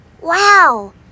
Wow